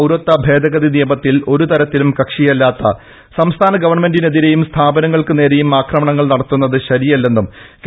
പൌരത്വ ഭേദഗതി നിയമത്തിൽ ഒരുതരത്തിലും കക്ഷിയല്ലാത്ത സംസ്ഥാന ഗവൺമെന്റിനെതിരെയും സ്ഥാപനങ്ങൾക്കു നേരെയും ആക്രമണങ്ങൾ നടത്തുന്നത് ശരിയല്ലെന്നും കെ